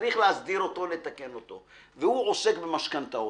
שצריך להסדיר אותו ולתקן אותו והוא עוסק במשכנתאות.